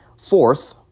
fourth